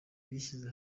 bishyize